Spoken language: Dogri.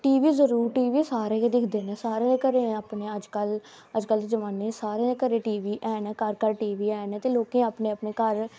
टी वी जरूर टी वी ते सारे गै दिक्खदे न सारे दे घरें अपने अज्जकल दे जमान्ने च सारे दे घरें च टी वी हैन ते घर घर टी वी हैन ते लोकें अपने अपने घर